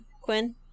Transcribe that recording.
Quinn